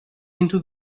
into